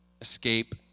escape